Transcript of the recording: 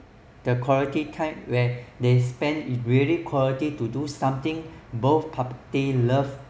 the quality time where they spend it really quality to do something both parties they love